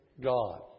God